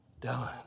done